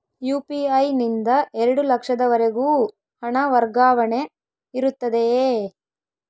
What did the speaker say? UPI ನಿಂದ ಎರಡು ಲಕ್ಷದವರೆಗೂ ಹಣ ವರ್ಗಾವಣೆ ಇರುತ್ತದೆಯೇ?